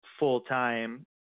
full-time